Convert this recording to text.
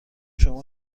شما